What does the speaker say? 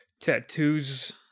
Tattoos